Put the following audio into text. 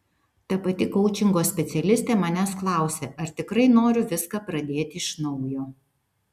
ta pati koučingo specialistė manęs klausė ar tikrai noriu viską pradėti iš naujo